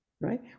Right